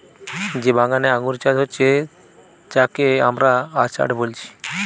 যে বাগানে আঙ্গুর চাষ হচ্ছে যাকে আমরা অর্চার্ড বলছি